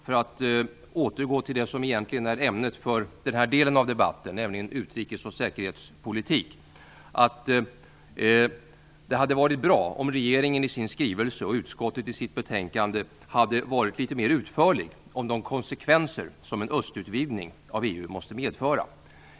För att återgå till det som egentligen är ämnet för den här debatten, nämligen utrikes och säkerhetspolitik, vill jag säga att jag tycker att det hade varit bra om man i regeringens skrivelse och i utskottets betänkande hade varit litet mer utförlig vad gäller de konsekvenser som en östutvidgning av EU måste medföra.